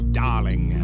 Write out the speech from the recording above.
darling